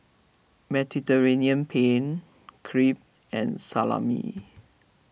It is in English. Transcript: Mediterranean Penne Crepe and Salami